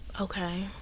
Okay